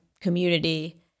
community